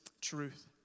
truth